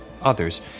others